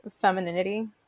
femininity